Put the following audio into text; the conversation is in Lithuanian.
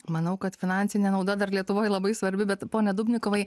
manau kad finansinė nauda dar lietuvoj labai svarbi bet pone dubnikovai